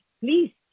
Please